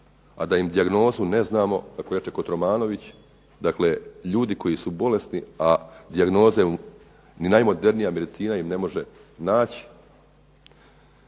a da im dijagnozu ne znamo, kako reče Kotromanović. Dakle, ljudi koji su bolesni, a dijagnoze, ni najmodernija medicina im ne može naći.